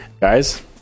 guys